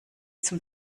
zum